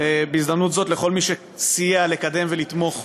בהזדמנות זאת לכל מי שסייע לקדם ולתמוך: